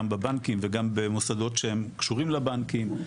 גם בבנקים וגם במוסדות שהם קשורים בבנקים.